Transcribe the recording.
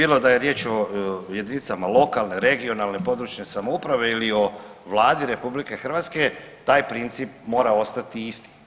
Bilo da je riječ o jedinicama lokalne i regionalne (područne) samouprave ili o Vladi RH, taj princip mora ostati isti.